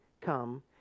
come